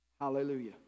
hallelujah